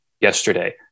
yesterday